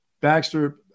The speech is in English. Baxter